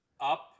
up